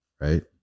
right